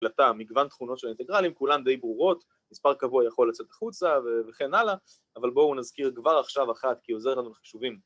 ‫הקלטה, מגוון תכונות של האינטגרלים, ‫כולן די ברורות. ‫מספר קבוע יכול לצאת החוצה וכן הלאה, ‫אבל בואו נזכיר כבר עכשיו אחת ‫כי עוזר לנו בחישובים.